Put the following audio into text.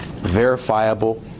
verifiable